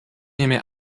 nehme